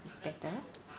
is better